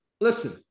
listen